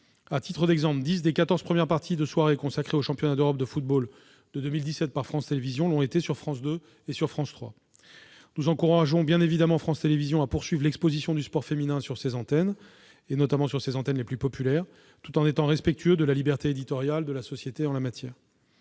À titre d'exemple, 10 des 14 premières parties de soirée consacrées au championnat d'Europe de football de 2017 par France Télévisions l'ont été sur France 2 et France 3. Nous encourageons bien évidemment France Télévisions à poursuivre l'exposition du sport féminin sur ses antennes, notamment les plus populaires, tout en étant respectueux de la liberté éditoriale de la société en la matière.